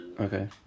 Okay